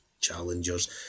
challengers